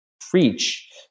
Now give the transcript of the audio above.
preach